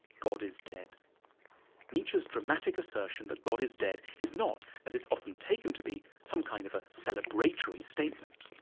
god is dead nietzsche's dramatic assertion that god is dead is not, as it's often taken to be, some kind of a celebratory statement.